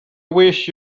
wish